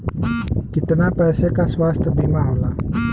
कितना पैसे का स्वास्थ्य बीमा होला?